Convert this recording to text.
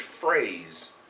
phrase